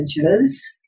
images